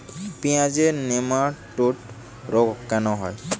পেঁয়াজের নেমাটোড রোগ কেন হয়?